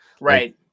right